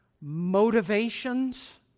motivations